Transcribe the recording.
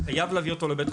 חייב להביא אותו לבית חולים.